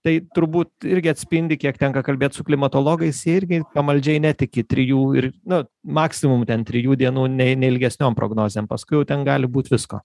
tai turbūt irgi atspindi kiek tenka kalbėt su klimatologais jie irgi pamaldžiai netiki trijų ir nu maksimum ten trijų dienų ne neilgesniom prognozėm paskui jau ten gali būt visko